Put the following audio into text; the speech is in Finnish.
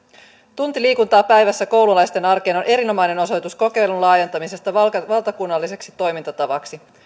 tunti liikuntaa päivässä koululaisten arkeen on erinomainen osoitus kokeilun laajentamisesta valtakunnalliseksi toimintatavaksi